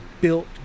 built